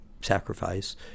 sacrifice